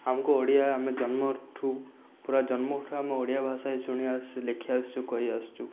ଆମକୁ ଓଡ଼ିଆ ଆମେ ଜନ୍ମଠାରୁ ପୂରା ଜନ୍ମଠାରୁ ଆମେ ଓଡ଼ିଆ ଭାଷା ହିଁ ଶୁଣି ଆସୁଛୁ ଲେଖି ଆସୁଛୁ କହି ଆସୁଛୁ